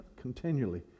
continually